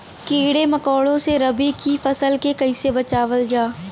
कीड़ों मकोड़ों से रबी की फसल के कइसे बचावल जा?